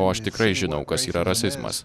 o aš tikrai žinau kas yra rasizmas